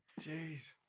Jeez